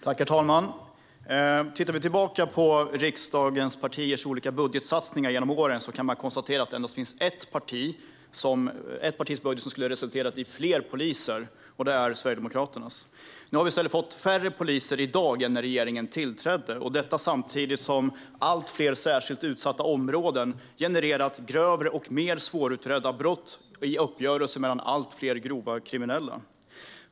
Herr talman! Om man tittar tillbaka på riksdagens partiers olika budgetsatsningar genom åren kan man konstatera att det endast finns ett partis budget som skulle ha resulterat i fler poliser, nämligen Sverigedemokraternas. Nu finns i stället färre poliser i dag än när regeringen tillträdde. Detta sker samtidigt som allt fler särskilt utsatta områden har genererat grövre och mer svårutredda brott i uppgörelser mellan allt fler grovt kriminella.